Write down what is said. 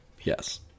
yes